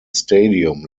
stadium